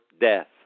death